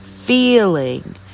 feeling